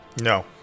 No